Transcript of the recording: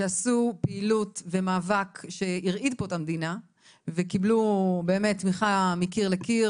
שעשו פעילות ומאבק שהרעיד פה את המדינה וקיבלו באמת תמיכה מקיר לקיר,